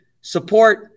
support